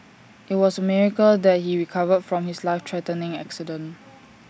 IT was A miracle that he recovered from his life threatening accident